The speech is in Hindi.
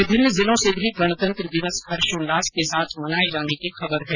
विभिन्न जिलों से भी गणतंत्र दिवस हर्षोल्लास के साथ मनाये जाने की खबर है